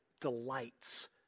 delights